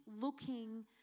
looking